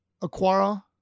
Aquara